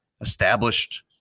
established